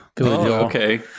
Okay